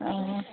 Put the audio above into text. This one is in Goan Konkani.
आं